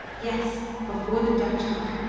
yes before the dutch come.